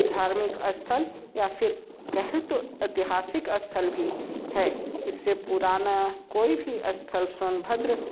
धार्मिक स्थल या फिर कहें तो ऐतिहासिक स्थल भी है इस से पुराना कोई भी स्थल सोनभद्र